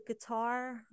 guitar